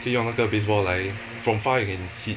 可以用那个 baseball 来 from far you can hit